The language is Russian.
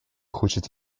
хочет